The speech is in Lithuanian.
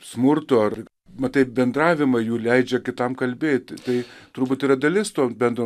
smurto ar matai bendravimą jų leidžia kitam kalbėti tai turbūt yra dalis to bendro